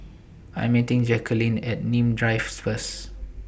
I Am meeting Jacqueline At Nim Drive First